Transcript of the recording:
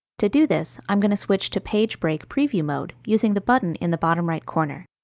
to do this, i'm going to switch to page break preview mode using the button in the bottom right corner.